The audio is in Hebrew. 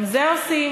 גם את זה עושים.